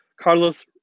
Carlos